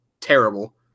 terrible